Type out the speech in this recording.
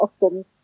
often